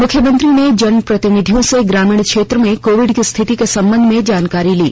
मुख्यमंत्री ने जनप्रतिनिधियों से ग्रामीण क्षेत्रों में कोविड की स्थिति के संबंध में जानकारी ली